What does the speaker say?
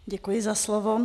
Děkuji za slovo.